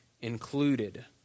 included